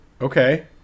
Okay